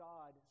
God